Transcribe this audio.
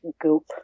Goop